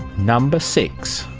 number six.